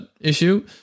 issue